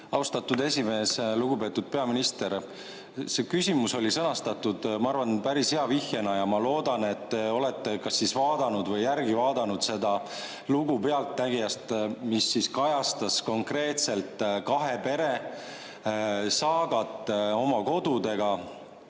Austatud esimees! Lugupeetud peaminister! See küsimus oli sõnastatud, ma arvan, päris hea vihjena ja ma loodan, et te olete kas vaadanud või järele vaadanud seda lugu "Pealtnägijast", mis kajastas konkreetselt kahe pere saagat oma koduga.